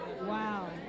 Wow